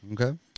Okay